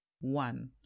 one